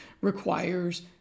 requires